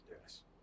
Yes